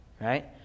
right